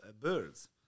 birds